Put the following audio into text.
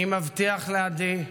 אני מבטיח לעדי,